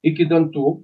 iki dantų